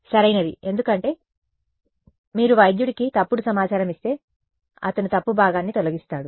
సరియైనది ఎందుకంటే మీరు వైద్యుడికి తప్పుడు సమాచారం ఇస్తే అతను తప్పు భాగాన్ని తొలగిస్తాడు